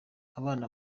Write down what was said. abana